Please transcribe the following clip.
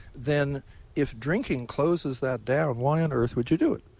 then if drinking closes that down why on earth would you do it?